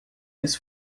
eles